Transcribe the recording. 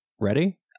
ready